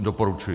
Doporučuji.